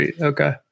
Okay